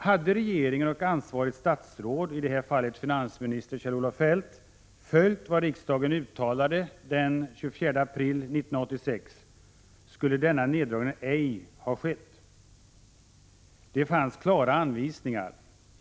Hade regeringen och ansvarigt statsråd — i det här fallet finansminister Kjell-Olof Feldt — följt vad riksdagen uttalade den 24 april 1986, skulle denna neddragning ej ha skett. Det fanns klara anvisningar.